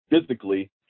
physically